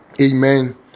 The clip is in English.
Amen